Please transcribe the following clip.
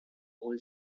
old